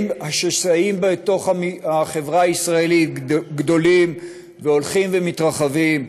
השסעים בתוך החברה הישראלית גדולים והולכים ומתרחבים,